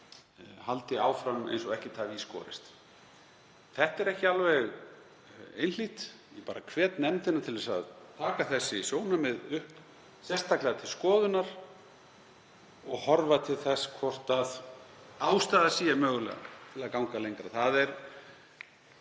haldi áfram eins og ekkert hafi í skorist. Þetta er ekki alveg einhlítt. Ég hvet nefndina til að taka þessi sjónarmið sérstaklega til skoðunar og horfa til þess hvort ástæða sé mögulega að ganga lengra. Það